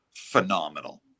Phenomenal